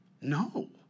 no